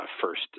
first